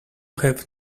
have